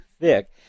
thick